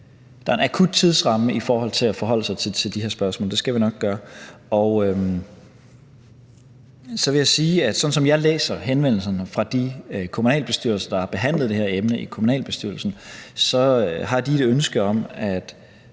der er en akut tidsramme i forhold til at forholde sig til de her spørgsmål. Det skal vi nok gøre. Og så vil jeg sige, at sådan som jeg læser henvendelserne fra de kommunalbestyrelser, der har behandlet det her emne i kommunalbestyrelsen, så har de et ønske om at